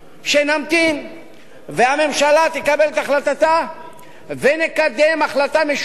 שנמתין והממשלה תקבל את החלטתה ונקדם החלטה משולבת.